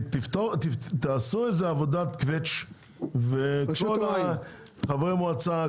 ותעשו איזה עבודת קווץ' וכל ה- חברי מועצה,